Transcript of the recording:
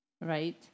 Right